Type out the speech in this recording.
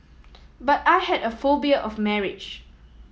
but I had a phobia of marriage